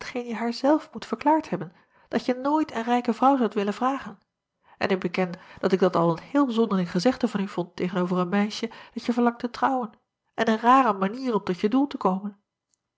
hetgeen je haar zelf moet verklaard hebben dat je nooit een rijke vrouw zoudt willen vragen en ik beken dat ik dat al een heel zonderling gezegde van u vond tegen-over een meisje dat je verlangt te acob van ennep laasje evenster delen trouwen en een rare manier om tot je doel te komen